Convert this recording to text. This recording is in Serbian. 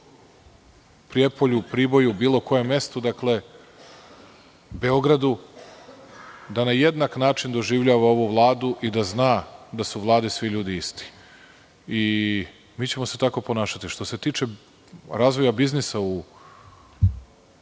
Prijepolju, Priboju, bilo kom mestu, dakle, Beogradu, da na jednak način doživljava ovu vladu i da zna da su u Vladi svi ljudi isti. Mi ćemo se tako ponašati. Što se tiče razvoja biznisa u